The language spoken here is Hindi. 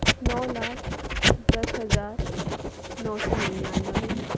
नौ लाख दस हज़ार नौ सौ निन्यानवे